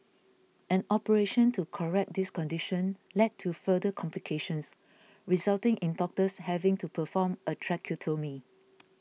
an operation to correct this condition led to further complications resulting in doctors having to perform a tracheotomy